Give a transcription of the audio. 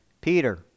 Peter